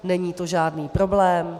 Není to žádný problém.